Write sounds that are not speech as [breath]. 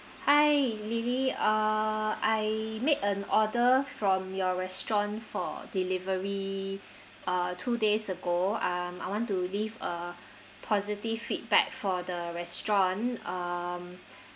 hi lily uh I made an order from your restaurant for delivery uh two days ago um I want to leave a positive feedback for the restaurant um [breath]